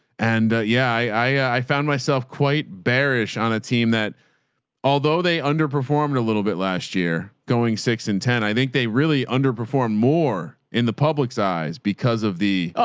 and yeah, i, i found myself quite bearish on a team that although they underperformed a little bit last year, going six and ten, i think they really underperformed more in the public size because of the oh,